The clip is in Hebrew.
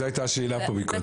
זו הייתה השאלה פה קודם.